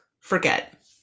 forget